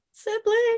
Siblings